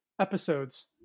episodes